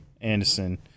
Anderson